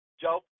Joe